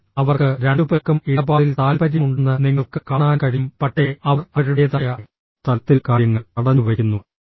അതിനാൽ അവർക്ക് രണ്ടുപേർക്കും ഇടപാടിൽ താൽപ്പര്യമുണ്ടെന്ന് നിങ്ങൾക്ക് കാണാൻ കഴിയും പക്ഷേ അവർ അവരുടേതായ തലത്തിൽ കാര്യങ്ങൾ തടഞ്ഞുവയ്ക്കുന്നു